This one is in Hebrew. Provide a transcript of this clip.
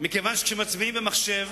מכיוון שכשמצביעים במחשב